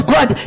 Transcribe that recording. God